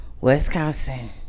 Wisconsin